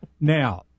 Now